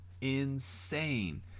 insane